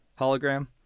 hologram